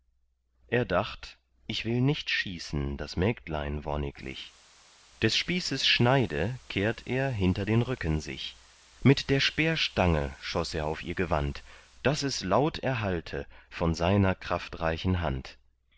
er dacht ich will nicht schießen das mägdlein wonniglich des spießes schneide kehrt er hinter den rücken sich mit der speerstange schoß er auf ihr gewand daß es laut erhallte von seiner kraftreichen hand